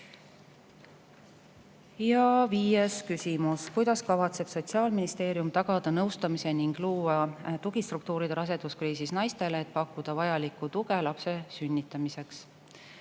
Ja viies küsimus: "Kuidas kavatseb Sotsiaalministeerium tagada nõustamise ning luua tugistruktuurid raseduskriisis naistele, et pakkuda vajalikku tuge lapse sünnitamiseks?"